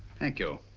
thank you.